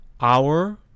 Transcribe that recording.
hour